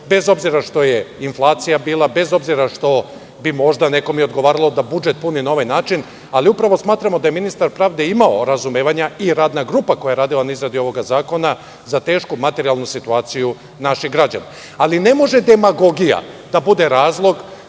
bez obzira što je bila inflacija, bez obzira što bi nekom možda odgovaralo da budžet puni na ovaj način, ali smatramo da je ministar pravde imao razumevanja i radna grupa koja je radila na izradi ovog zakona za tešku materijalnu situaciju naših građana. Ne može demagogija da bude razlog